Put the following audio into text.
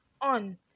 on